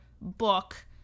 book